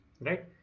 Right